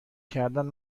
کردن